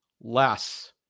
less